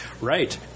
Right